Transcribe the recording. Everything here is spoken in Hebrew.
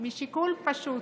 משיקול פשוט: